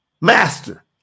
master